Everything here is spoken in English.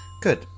Good